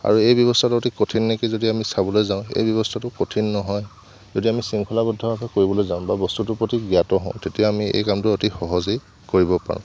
আৰু এই ব্যৱস্থাটো অতি কঠিন নেকি যদি আমি চাবলৈ যাওঁ এই ব্যৱস্থাটো কঠিন নহয় যদি আমি শৃংখলাবদ্ধভাৱে কৰিবলৈ যাওঁ বা বস্তুটো প্ৰতি জ্ঞাত হওঁ তেতিয়া আমি এই কামটো অতি সহজেই কৰিব পাৰোঁ